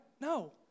no